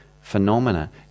phenomena